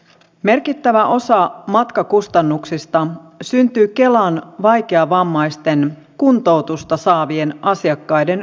merkittävä osa matkakustannuksista syntyy kelan vaikeavammaisten kuntoutusta saavien asiakkaiden kuntoutusmatkoista